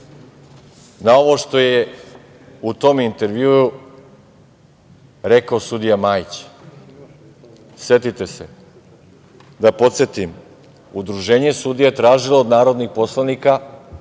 na ovo što je u tom intervjuu rekao sudija Majić? Setite se, da podsetim udruženje sudija je tražilo od narodnih poslanika